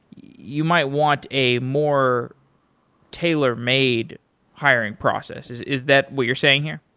you might want a more tailor-made hiring process. is is that what you're saying here?